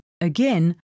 again